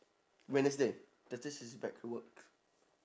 wednesday thursday she's back to work